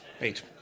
Eight